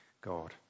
God